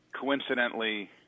coincidentally